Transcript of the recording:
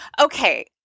okay